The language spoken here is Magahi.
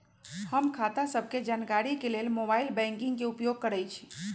हम खता सभके जानकारी के लेल मोबाइल बैंकिंग के उपयोग करइछी